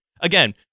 Again